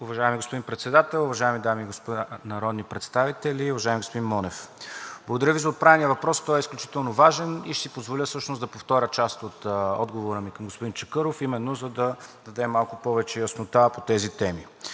Уважаеми господин Председател, уважаеми дами и господа народни представители! Уважаеми господин Монев, благодаря Ви за отправения въпрос, той е изключително важен и ще си позволя всъщност да повторя част от отговора ми към господин Чакъров именно за да дадем малко повече яснота по тези теми.